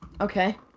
okay